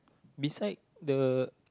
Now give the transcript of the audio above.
beside the